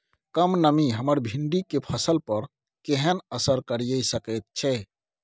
कम नमी हमर भिंडी के फसल पर केहन असर करिये सकेत छै?